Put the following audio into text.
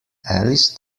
alice